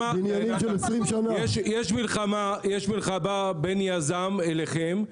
יש מלחמה בין יזם אליכם,